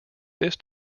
this